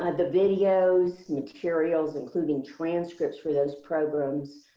um the videos, materials, including transcripts for those programs,